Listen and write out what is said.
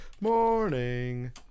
Morning